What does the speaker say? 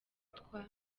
twa